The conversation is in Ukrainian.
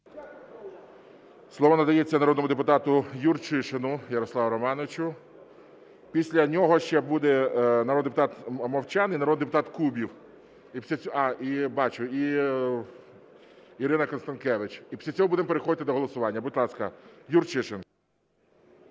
Слово надається народному депутату Юрчишину Ярославу Романовичу. Після нього ще буде народний депутат Мовчан і народний депутат Кубів. І після… Бачу, і Ірина Констанкевич. І після цього будемо переходити до голосування. Будь ласка, Юрчишин.